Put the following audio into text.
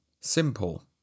Simple